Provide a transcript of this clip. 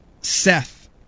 Seth